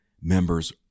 members